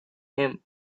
him